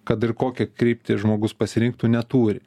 kad ir kokią kryptį žmogus pasirinktų neturi